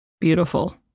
Beautiful